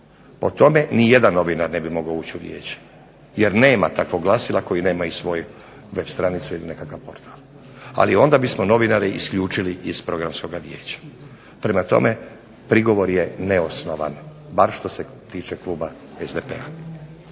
Po tome ni jedan novinar ne bi mogao ući u vijeće, jer nema takvog glasila koji nemaju svoju web stranicu ili nekakav portal, ali onda bismo novinare isključili iz Programskoga vijeća. Prema tome prigovor je neosnovan, bar što se tiče kluba SDP-a.